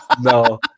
No